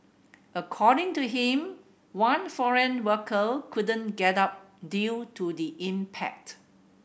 according to him one foreign worker couldn't get up due to the impact